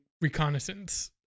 reconnaissance